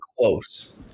close